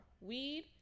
Weed